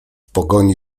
pogoni